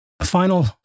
Final